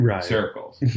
circles